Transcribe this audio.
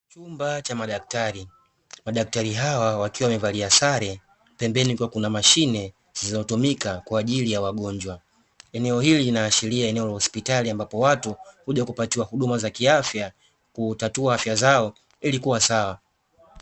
Chumba cha madaktari, madaktari hawa wakiwa wamevalia sare pembeni kukiwa mashine inayotumika kwa ajili ya wagonjwa. Eneo hili linaashiria eneo la hospitali kuja kupatiwa huduma za kiafya ili kuwa sawa.